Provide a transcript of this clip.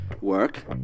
work